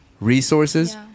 resources